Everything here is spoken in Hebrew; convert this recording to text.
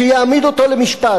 שיעמיד אותו למשפט,